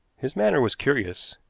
his manner was curious.